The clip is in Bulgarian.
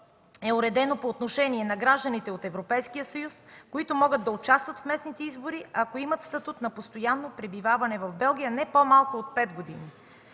е уредено по отношение на гражданите от Европейския съюз, които могат да участват в местните избори, ако имат статут на постоянно пребиваване в Белгия не по-малко от 5 години.